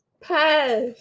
Pass